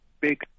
big